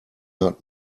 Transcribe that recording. not